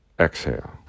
Exhale